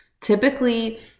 Typically